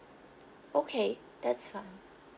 okay that's fine